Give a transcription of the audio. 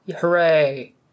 Hooray